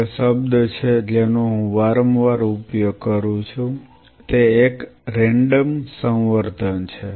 તે શબ્દ છે જેનો હું વારંવાર ઉપયોગ કરું છું તે એક રેન્ડમ સંવર્ધન છે